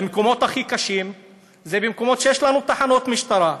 המקומות הכי קשים הם המקומות שיש לנו תחנות משטרה.